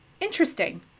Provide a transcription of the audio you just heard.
interesting